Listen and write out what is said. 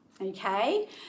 Okay